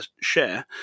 share